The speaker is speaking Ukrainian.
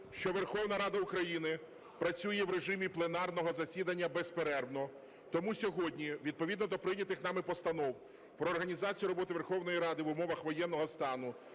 що Верховна Рада України працює в режимі пленарного засідання безперервно. Тому сьогодні відповідно до прийнятих нами постанов про організацію роботи Верховної Ради в умовах воєнного стану